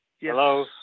Hello